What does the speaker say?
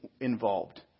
involved